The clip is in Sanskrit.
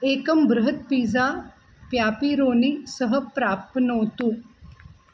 एकं बृहत् पिज़ा प्यापिरोणि सह प्राप्नोतु